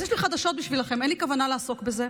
אז יש לי חדשות בשבילכם: אין לי כוונה לעסוק בזה.